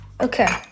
Okay